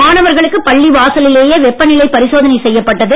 மாணவர்களுக்கு பள்ளி வாசலிலேயே வெப்ப நிலை பரிசோதனை செய்யப்பட்டது